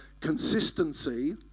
consistency